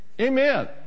Amen